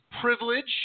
privilege